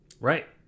Right